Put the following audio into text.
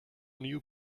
new